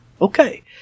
Okay